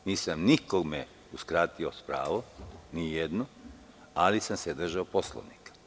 Nisam nikome uskratio pravo, nijednom, ali sam se držao Poslovnika.